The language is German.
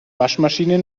waschmaschine